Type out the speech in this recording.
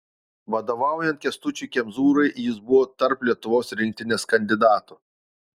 vadovaujant kęstučiui kemzūrai jis buvo tarp lietuvos rinktinės kandidatų